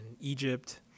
Egypt